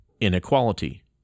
inequality